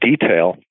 detail